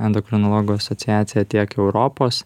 endokrinologų asociacija tiek europos